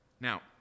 Now